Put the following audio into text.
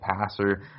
passer